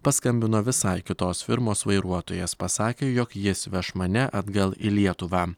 paskambino visai kitos firmos vairuotojas pasakė jog jis veš mane atgal į lietuvą